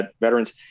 veterans